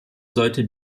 sollte